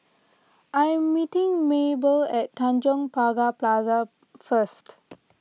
I am meeting Maebell at Tanjong Pagar Plaza first